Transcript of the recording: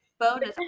bonus